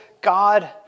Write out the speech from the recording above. God